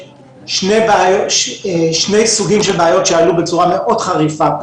שני סוגים של בעיות עלו בדיון הזה בצורה מאוד חריפה,